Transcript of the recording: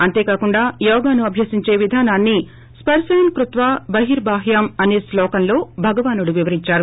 అంతే కాకుండా యోగాన్ని అభ్యసించే విధానాన్ని స్సర్హాన్ కృత్వా బహిర్భాహ్యం అసే శ్లోకంలో భగవానుడు వివరించారు